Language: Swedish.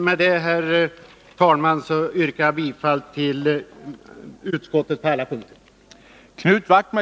Med det, herr talman, yrkar jag bifall till utskottets hemställan på alla punkter.